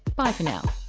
bye for now